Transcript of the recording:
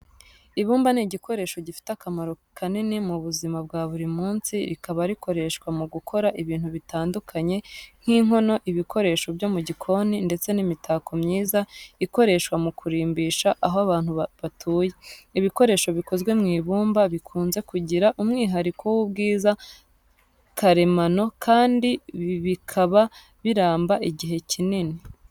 Ibumba ni igikoresho gifite akamaro kanini mu buzima bwa buri munsi, rikaba rikoreshwa mu gukora ibintu bitandukanye nk’inkono, ibikoresho byo mu gikoni, ndetse n’imitako myiza ikoreshwa mu kurimbisha aho abantu batuye. Ibikoresho bikozwe mu ibumba bikunze kugira umwihariko w’ubwiza karemano kandi bikaba biramba igihe kinini.